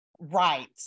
right